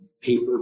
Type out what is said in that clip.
paper